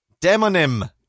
demonym